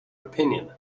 opinion